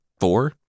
four